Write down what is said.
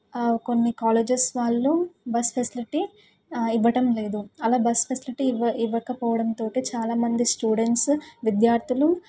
కొన్ని కాలేజస్ వాళ్ళు bus facility ఇవ్వటం లేదు అలా బస్ ఫెసిలిటీ ఇవ్వ ఇవ్వక పోవడం తోటి చాలా మంది స్టూడెంట్స్ విద్యార్థులు